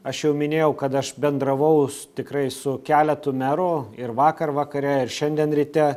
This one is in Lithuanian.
aš jau minėjau kad aš bendravau su tikrai su keletu merų ir vakar vakare ir šiandien ryte